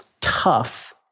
tough